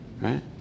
right